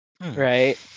Right